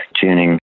tuning